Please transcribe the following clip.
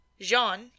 Jean